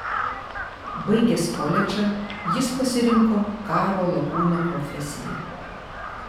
baigęs koledžą jis pasirinko karo lakūno profesiją